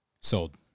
Sold